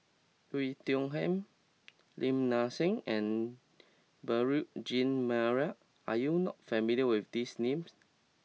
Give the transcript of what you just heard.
Oei Tiong Ham Lim Nang Seng and Beurel Jean Marie are you not familiar with these names